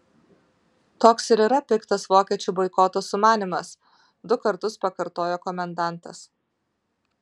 toks ir yra piktas vokiečių boikoto sumanymas du kartus pakartojo komendantas